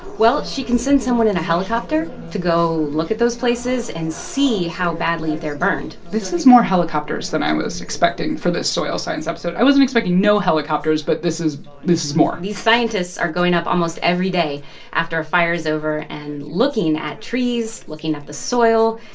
well, she can send someone in a helicopter to go look at those places and see how badly they're burned this is more helicopters than i was expecting for this soil science episode. i wasn't expecting no helicopters, but this is this is more these scientists are going up almost every day after a fire's over and looking at trees, looking at the soil,